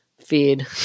feed